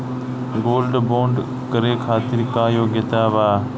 Gold bond करे खातिर का योग्यता बा?